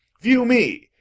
view me,